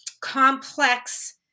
complex